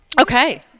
Okay